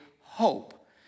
hope